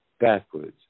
backwards